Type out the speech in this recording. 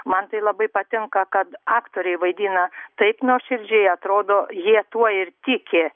man tai labai patinka kad aktoriai vaidina taip nuoširdžiai atrodo jie tuo ir tiki